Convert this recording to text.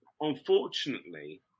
unfortunately